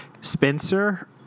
spencer